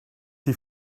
die